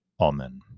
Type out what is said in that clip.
Amen